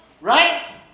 Right